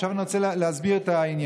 עכשיו אני רוצה להסביר את העניין.